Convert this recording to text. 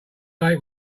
date